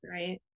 right